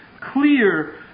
clear